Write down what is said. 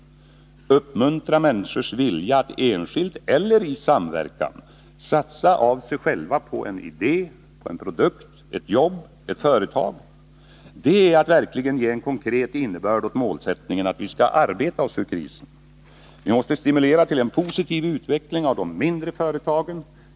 Vi måste uppmuntra människors vilja att, enskilt eller i samverkan, satsa av sig själva på en idé, en produkt, ett jobb, ett företag. Detta är att verkligen ge en konkret innebörd åt målsättningen att vi skall arbeta oss ur krisen! Vi måste stimulera till en positiv utveckling av de mindre företagen.